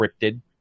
scripted